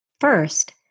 First